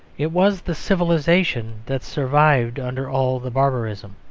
it was the civilisation that survived under all the barbarism.